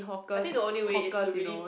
I think the only way is to really